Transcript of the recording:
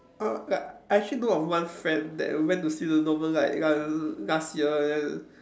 uh like I actually know of one friend that went to see the Northern light ya last year and then